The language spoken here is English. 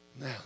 now